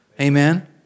Amen